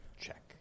check